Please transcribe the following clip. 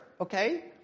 okay